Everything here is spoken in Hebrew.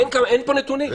אין פה נתונים.